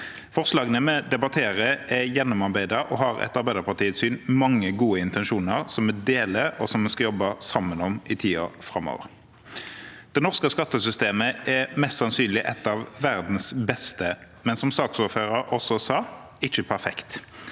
Forslagene vi debatterer, er gjennomarbeidet, og har etter Arbeiderpartiets syn mange gode intensjoner som vi deler, og som vi skal jobbe sammen om i tiden framover. Det norske skattesystemet er mest sannsynlig et av verdens beste, men, som saksordføreren også sa, ikke perfekt.